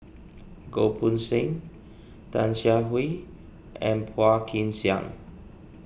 Goh Poh Seng Tan Siah Kwee and Phua Kin Siang